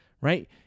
right